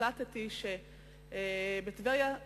החלטתי שבטבריה,